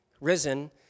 risen